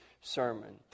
sermon